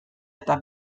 eta